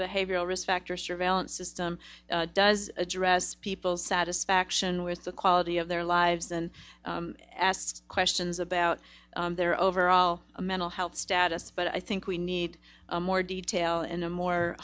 behavioral risk factor surveillance system does address people's satisfaction with the quality of their lives and ask questions about their overall a mental health status but i think we need more detail and a more